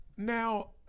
now